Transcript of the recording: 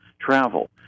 travel